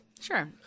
Sure